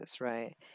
right